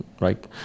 Right